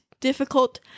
difficult